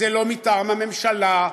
זה לא מטעם הממשלה,